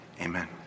amen